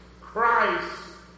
Christ